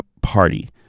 party